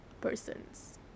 Persons